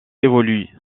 évolue